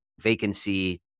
vacancy